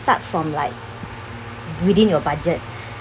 start from like reading your budget